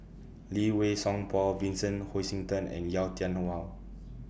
Lee Wei Song Paul Vincent Hoisington and Yau Tian Yau